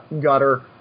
gutter